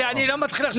לא.